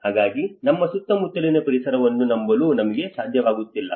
ಹಾಗಾಗಿ ನಮ್ಮ ಸುತ್ತಮುತ್ತಲಿನ ಪರಿಸರವನ್ನು ನಂಬಲು ನಮಗೆ ಸಾಧ್ಯವಾಗುತ್ತಿಲ್ಲ